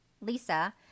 Lisa